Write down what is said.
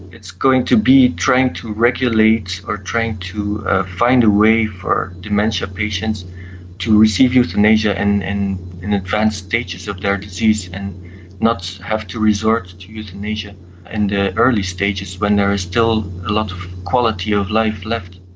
it's going to be trying to regulate or trying to ah find a way for dementia patients to receive euthanasia and in in advanced stages of their disease and not have to resort to euthanasia in the early stages when there is still a lot of quality of life left.